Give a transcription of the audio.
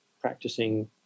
practicing